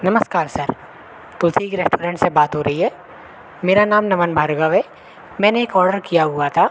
नमस्कार सर तुलसी के रेस्टोरेंट से बात हो रही है मेरा नाम नमन भार्गव है मैंने एक ऑडर किया हुआ था